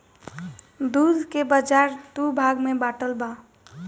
दूध के बाजार दू भाग में बाटल बा